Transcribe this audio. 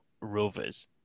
Rovers